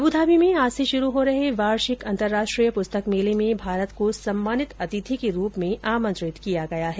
Abu Dhabi में आज से शुरू हो रहे वार्षिक अंतर्राष्ट्रीय पुस्तक मेले में भारत को सम्मानित अतिथि के रूप में आमंत्रित किया गया है